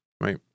Right